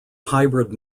hybrid